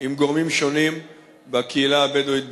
עם גורמים שונים בקהילה הבדואית בנגב,